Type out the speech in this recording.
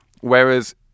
Whereas